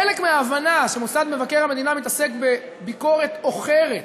חלק מההבנה שמוסד מבקר המדינה מתעסק בביקורת אוחרת,